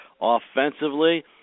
offensively